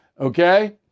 Okay